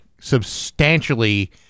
substantially